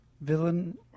villain